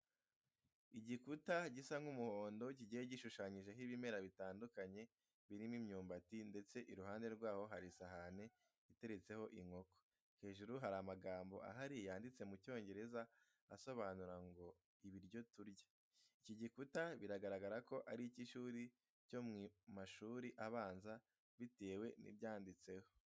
Igikuta gisa nk'umuhondo kigiye gishushanyijeho ibimera bitandukanye birimo imyumbati ndetse iruhande rwaho hari isahani iteretseho inkoko. Hejuru hari amagambo ahari yanditse mu Cyongereza asobanura ngo ibiryo turya. Iki gikuta biragaragra ko ari icy'ishuri ryo mu mashuri abanza bitewe n'ibyanditseho.